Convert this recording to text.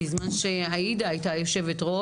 בזמן שחברת הכנסת עאידה הייתה יושבת-ראש,